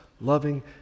loving